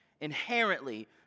inherently